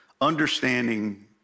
understanding